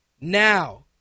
Now